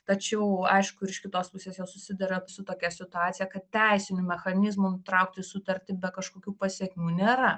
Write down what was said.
tačiau aišku ir iš kitos pusės jos susiduria su tokia situacija kad teisinių mechanizmų nutraukti sutartį be kažkokių pasekmių nėra